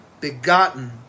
begotten